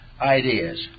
ideas